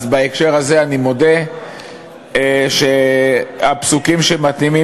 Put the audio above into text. אז בהקשר הזה אני מודה שהפסוקים מתאימים,